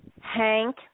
Hank